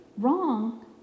wrong